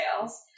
sales